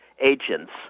agents